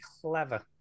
clever